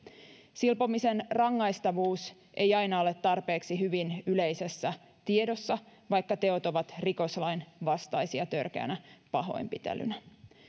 silpomisen rangaistavuus ei aina ole tarpeeksi hyvin yleisessä tiedossa vaikka teot ovat rikoslain vastaisia törkeinä pahoinpitelyinä